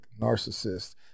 narcissist